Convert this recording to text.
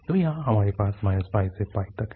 तो यहाँ हमारे पास से तक x है